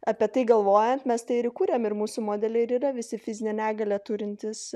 apie tai galvojant mes tai ir įkūrėm ir mūsų modeliai ir yra visi fizinę negalią turintys